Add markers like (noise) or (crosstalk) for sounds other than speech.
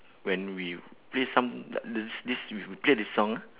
when we play some (noise) this with the play the song